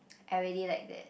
I really like that